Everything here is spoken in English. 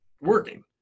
working